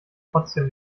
trotzdem